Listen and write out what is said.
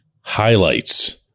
highlights